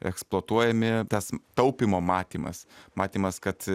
eksploatuojami tas taupymo matymas matymas kad